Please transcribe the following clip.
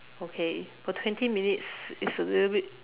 okay but twenty minutes is a little bit